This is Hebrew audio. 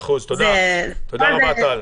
תודה רבה, טל.